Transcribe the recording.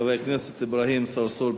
מס' 8616. חבר הכנסת אברהים צרצור,